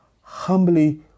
humbly